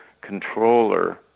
controller